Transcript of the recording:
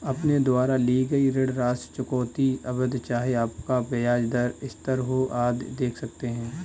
अपने द्वारा ली गई ऋण राशि, चुकौती अवधि, चाहे आपका ब्याज स्थिर हो, आदि देख सकते हैं